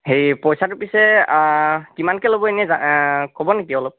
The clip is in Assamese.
সেই পইচাটো পিছে কিমানকৈ ল'ব এনেই ক'ব নেকি অলপ